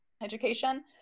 education